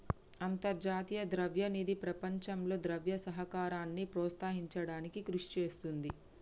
అంతర్జాతీయ ద్రవ్య నిధి ప్రపంచంలో ద్రవ్య సహకారాన్ని ప్రోత్సహించడానికి కృషి చేస్తుంది